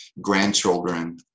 grandchildren